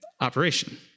operation